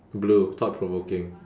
blue thought provoking